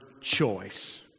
choice